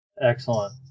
Excellent